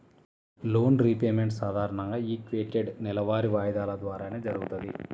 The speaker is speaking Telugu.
లోన్ రీపేమెంట్ సాధారణంగా ఈక్వేటెడ్ నెలవారీ వాయిదాల ద్వారానే జరుగుతది